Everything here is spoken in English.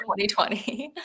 2020